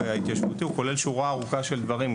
ההתיישבותי הוא כולל שורה ארוכה של דברים,